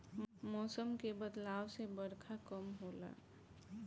मौसम के बदलाव से बरखा कम होला